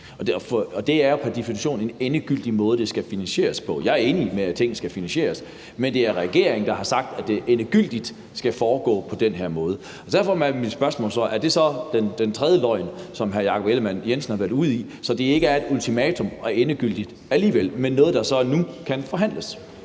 en endegyldig måde, det skal finansieres på. Jeg er enig i, at tingene skal finansieres, men det er regeringen, der har sagt, at det endegyldigt skal foregå på den her måde. Så derfor er mit spørgsmål: Er det så den tredje løgn, som hr. Jakob Ellemann-Jensen har været ude i, så det ikke er et ultimatum og endegyldigt alligevel, men noget, som nu kan forhandles?